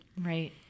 Right